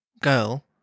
girl